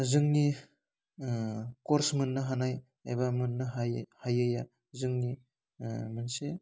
जोंनि कर्स मोननो हानाय एबा मोननो हायै हायैया जोंनि मोनसे